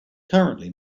currently